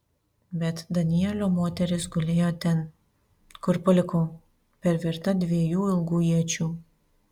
bet danielio moteris gulėjo ten kur palikau perverta dviejų ilgų iečių